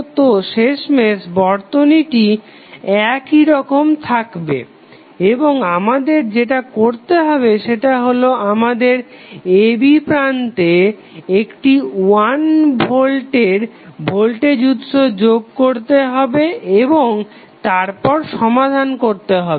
তো শেষমেশ বর্তনীটি এইরকম হবে এবং আমাদের যেটা করতে হবে সেটা হলো আমাদের a b প্রান্তে একটি 1 ভোল্টের ভোল্টেজ উৎস যোগ করতে হবে এবং তারপর সমাধান করতে হবে